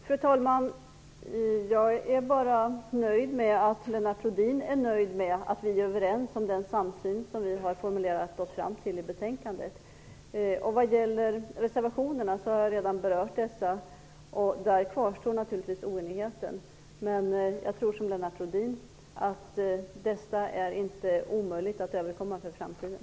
Fru talman! Jag är nöjd med att Lennart Rohdin är nöjd med att vi är överens om den samsyn som vi har formulerat i betänkandet. Reservationerna har jag redan berört, och där kvarstår naturligtvis oenigheten. Men jag tror, som Lennart Rohdin, att detta inte är omöjligt att överkomma i framtiden.